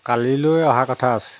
কালিলৈ অহা কথা আছে